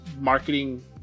marketing